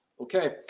Okay